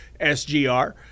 SGR